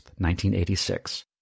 1986